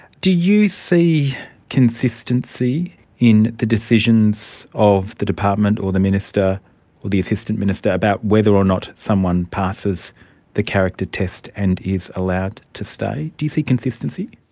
do you see consistency in the decisions of the department or the minister or the assistant minister about whether or not someone passes the character test and is allowed to stay? do you see consistency?